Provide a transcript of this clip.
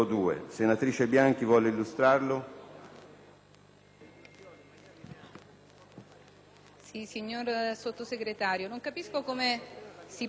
Signor Sottosegretario, non capisco come si possa procedere all'approvazione di tali norme, in un momento in cui in molte aree